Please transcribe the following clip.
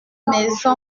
maison